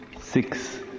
six